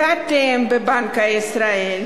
ואתם בבנק ישראל,